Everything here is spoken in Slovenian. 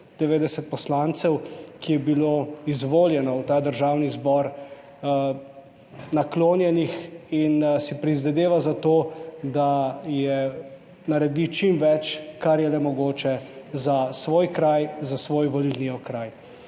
90 poslancev, ki je bilo izvoljeno v ta Državni zbor, naklonjenih in si prizadeva za to, da je, naredi čim več, kar je le mogoče, za svoj kraj, za svoj volilni okraj